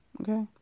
Okay